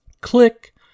Click